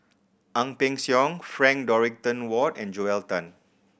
Ang Peng Siong Frank Dorrington Ward and Joel Tan